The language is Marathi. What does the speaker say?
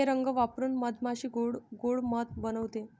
हे रंग वापरून मधमाशी गोड़ मध बनवते